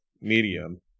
medium